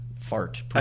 fart